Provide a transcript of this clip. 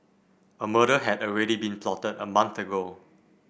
a murder had already been plotted a month ago